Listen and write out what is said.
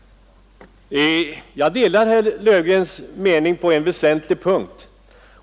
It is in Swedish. Jag delar herr Löfgrens mening på en väsentlig punkt.